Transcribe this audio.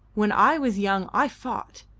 when i was young i fought.